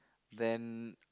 then